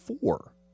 Four